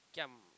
giam